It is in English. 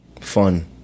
fun